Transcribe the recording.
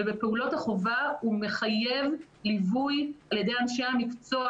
בפעולות החובה הוא מחייב ליווי על ידי אנשי המקצוע,